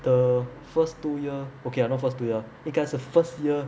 the first two year okay lah not first two year 因该是 first year